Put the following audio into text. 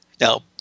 Now